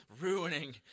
Ruining